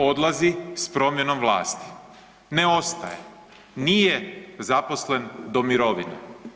Odlazi s promjenom vlasti, ne ostaje, nije zaposlen do mirovine.